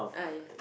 ah yeah